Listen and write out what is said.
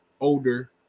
older